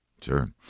Sure